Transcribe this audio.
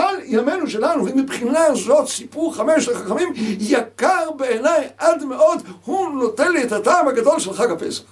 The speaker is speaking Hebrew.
על ימינו שלנו, ומבחינה זאת, סיפור חמש של חכמים יקר בעיניי עד מאוד הוא נותן לי את הטעם הגדול של חג הפסח.